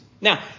Now